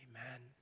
Amen